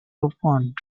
opened